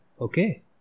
okay